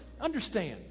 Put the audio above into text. understand